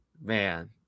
man